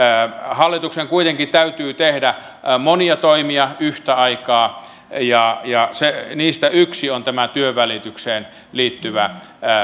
hallituksen kuitenkin täytyy tehdä monia toimia yhtä aikaa ja ja niistä yksi on tämä työnvälitykseen liittyvä